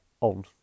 on